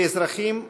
כאזרחים,